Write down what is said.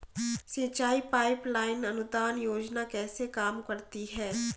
सिंचाई pipeline अनुदान योजना कैसे काम करती है?